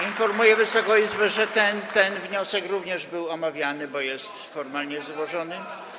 Informuję Wysoką Izbę, że ten wniosek również był omawiany, bo jest formalnie złożony.